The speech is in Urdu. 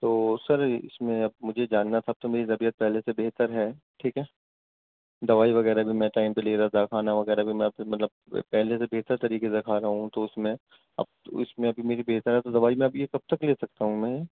تو سر اس میں اب مجھے جاننا تھا اب تو میری طبیعت پہلے سے بہتر ہے ٹھیک ہے دوائی وغیرہ بھی میں ٹائم پہ لے رہا تھا کھانا وغیرہ بھی میں مطلب پہلے سے بہتر طریقے سے کھا رہا ہوں تو اس میں اب تو اس میں میری بہتر ہے دوائی اب میں کب تک لے سکتا ہوں میں